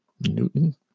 Newton